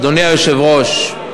אדוני היושב-ראש,